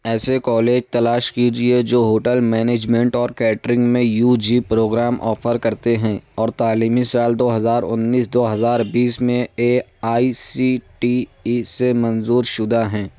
ایسے کالج تلاش کیجیے جو ہوٹل مینجمنٹ اور کیٹرنگ میں یو جی پروگرام آفر کرتے ہیں اور تعلیمی سال دو ہزار انیس دو ہزار بیس میں A I C T E سے منظور شدہ ہیں